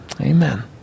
Amen